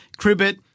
Cribbit